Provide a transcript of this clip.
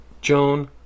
Joan